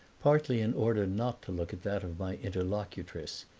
partly in order not to look at that of my interlocutress,